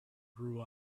grew